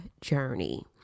journey